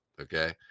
Okay